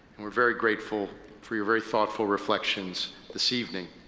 and we're very grateful for your very thoughtful reflections this evening.